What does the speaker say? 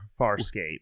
Farscape